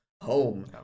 home